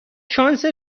شانس